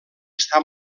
està